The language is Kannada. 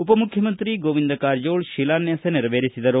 ಉಪ ಮುಖ್ಯಮಂತ್ರಿ ಗೋವಿಂದ ಕಾರಜೋಳ ಶಿಲಾನ್ಯಾಸ ನೆರವೇರಿಸಿದರು